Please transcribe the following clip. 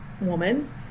woman